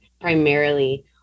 primarily